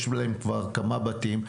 יש להם כבר כמה בתים,